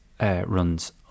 runs